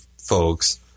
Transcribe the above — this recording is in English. folks